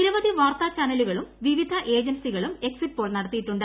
നിരവധി വാർത്താ ചാനലുകളും വിവിധ ഏജൻസികളും എക്സിറ്റ്പോൾ നടത്തിയിട്ടുണ്ട്